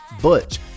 Butch